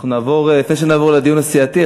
לפני שנעבור לדיון הסיעתי,